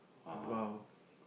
!wow!